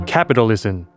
Capitalism